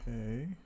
Okay